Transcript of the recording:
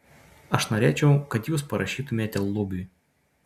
aš norėčiau kad jūs parašytumėte lubiui